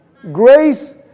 Grace